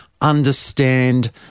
understand